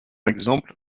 exemple